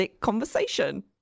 conversation